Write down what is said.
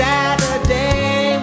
Saturday